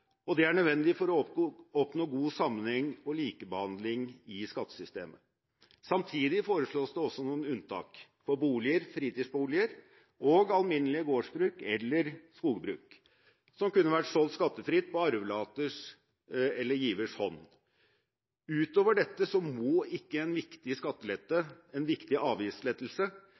arvegiver. Det er nødvendig for å oppnå god sammenheng og likebehandling i skattesystemet. Samtidig foreslås det også noen unntak for boliger, fritidsboliger og alminnelige gårdsbruk eller skogbruk som kunne vært solgt skattefritt på arvelaters/givers hånd. Utover dette må ikke en viktig avgiftslettelse